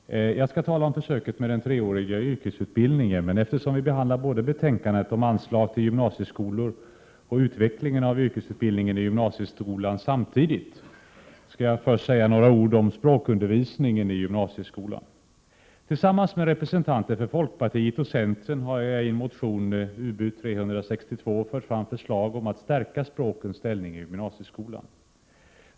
Herr talman! Jag skall tala om försöket med den treåriga yrkesutbildningen. Men eftersom vi behandlar både betänkandet om anslag till gymnasieskolor och betänkandet om utveckling av yrkesutbildningen i gymnasieskolan samtidigt skall jag först säga några ord om språkundervisningen i gymnasieskolan. Jag har tillsammans med representanter för folkpartiet och centern i en motion, Ub362, fört fram förslag om att stärka språkens ställning i gymnasieskolan.